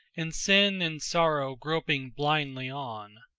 in sin and sorrow groping blindly on.